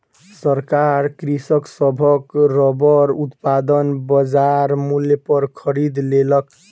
सरकार कृषक सभक रबड़ उत्पादन बजार मूल्य पर खरीद लेलक